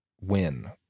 win